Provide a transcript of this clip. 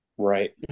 Right